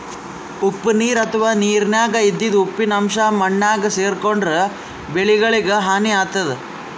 ಉಪ್ಪ್ ನೀರ್ ಅಥವಾ ನೀರಿನ್ಯಾಗ ಇದ್ದಿದ್ ಉಪ್ಪಿನ್ ಅಂಶಾ ಮಣ್ಣಾಗ್ ಸೇರ್ಕೊಂಡ್ರ್ ಬೆಳಿಗಳಿಗ್ ಹಾನಿ ಆತದ್